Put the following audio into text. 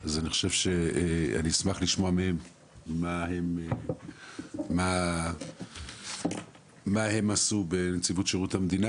ואני אשמח לשמוע מהם מה הם עשו בנציבות שירות המדינה